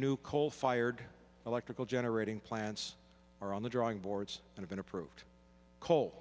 new coal fired electrical generating plants are on the drawing boards and haven't approved coal